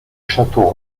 château